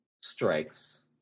strikes